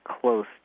close